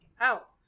out